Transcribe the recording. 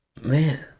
Man